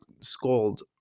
scold